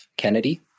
Kennedy